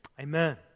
Amen